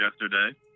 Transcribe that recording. yesterday